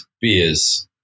beers